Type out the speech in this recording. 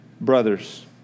Brothers